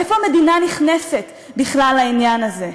איפה המדינה נכנסת בכלל לעניין הזה?